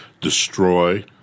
destroy